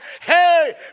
hey